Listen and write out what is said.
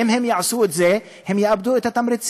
ואם הם יעשו את זה הם יאבדו את התמריצים,